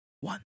One